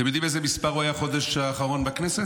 אתם יודעים איזה מספר הוא היה בחודש האחרון בכנסת?